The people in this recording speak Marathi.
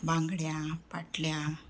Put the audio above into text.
बांगड्या पाटल्या